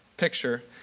picture